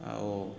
ଆଉ